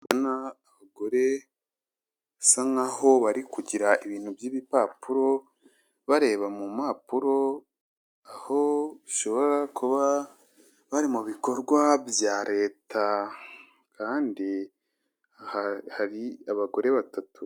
Abagore basa nk'aho bari kugira ibintu by'ibipapuro bareba mu mpapuro aho bishobora kuba bari mu bikorwa bya leta kandi hari abagore batatu.